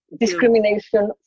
Discrimination